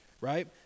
right